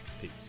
Peace